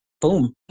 boom